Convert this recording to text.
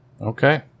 Okay